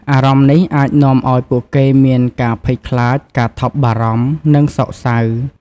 អារម្មណ៍នេះអាចនាំឱ្យពួកគេមានការភ័យខ្លាច ការថប់បារម្ភ និងសោកសៅ។